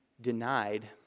denied